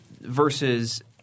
versus